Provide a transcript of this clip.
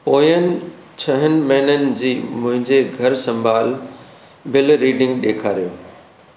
पोयनि छहनि महिननि जी मुंहिंजे घरु संभालु बिल रीडिंग ॾेखारियो